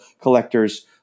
collectors